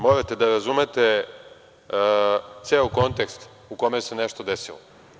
Morate da razumete ceo kontekst u kome se nešto desilo.